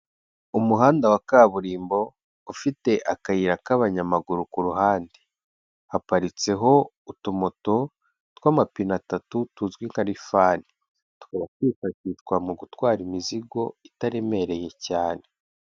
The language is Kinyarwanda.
Umuhanda wa kaburimbo ufite akayira k'abanyamaguru ku ruhande. Haparitseho utumoto tw'amapine atatu, tuzwi nka rifani. Tukaba twifashishwa mu gutwara imizigo itaremereye cyane.